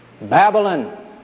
Babylon